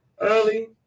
early